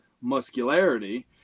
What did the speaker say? muscularity